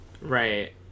Right